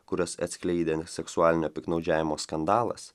kurias atskleidė neseksualinio piktnaudžiavimo skandalas